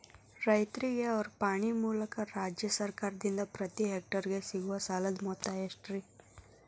ರೈತರಿಗೆ ಅವರ ಪಾಣಿಯ ಮೂಲಕ ರಾಜ್ಯ ಸರ್ಕಾರದಿಂದ ಪ್ರತಿ ಹೆಕ್ಟರ್ ಗೆ ಸಿಗುವ ಸಾಲದ ಮೊತ್ತ ಎಷ್ಟು ರೇ?